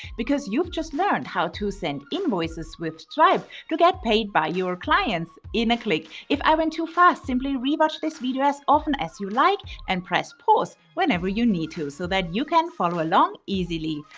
because you've just learned how to send invoices with stripe to get paid by your clients in a click. if i went too fast, simply rewatch this video as often as you like and press pause whenever you need to so that you can follow along easily.